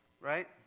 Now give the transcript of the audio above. right